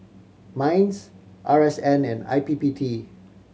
MINDS R S N and I P P T